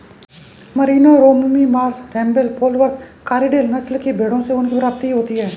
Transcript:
Merino, Romney Marsh, Rambouillet, Polwarth, Corriedale नस्ल की भेंड़ों से ऊन की प्राप्ति होती है